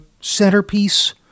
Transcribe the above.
centerpiece